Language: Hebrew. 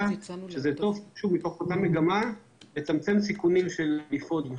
מתוך אותה מגמה של לצמצם סיכונים של הדלפות.